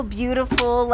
beautiful